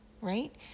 right